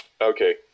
okay